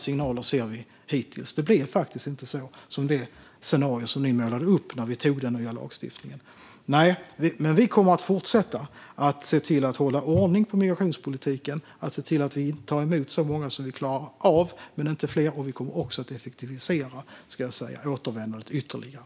Hittills ser vi inga sådana signaler. Det scenario som ni målade upp när vi antog den nya lagstiftningen har inte blivit verklighet. Vi kommer att fortsätta att se till att hålla ordning på migrationspolitiken och se till att vi tar emot så många som vi klarar av, men inte fler. Vi kommer också att effektivisera återvändandet ytterligare.